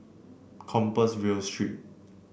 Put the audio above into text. Compassvale Street